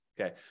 okay